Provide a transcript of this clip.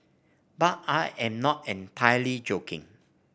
but I am not entirely joking